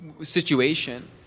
situation